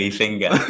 finger